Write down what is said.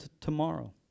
tomorrow